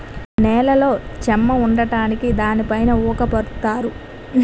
నేలలో చెమ్మ ఉండడానికి దానిపైన ఊక పరుత్తారు